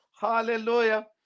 hallelujah